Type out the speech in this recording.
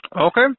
Okay